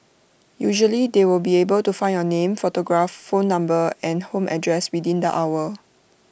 usually they will be able to find your name photograph phone number and home address within the hour